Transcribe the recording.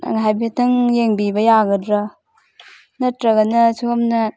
ꯍꯥꯏꯐꯦꯠꯇꯪ ꯌꯦꯡꯕꯤꯕ ꯌꯥꯒꯗ꯭ꯔꯥ ꯅꯠꯇ꯭ꯔꯒꯅ ꯁꯣꯝꯅ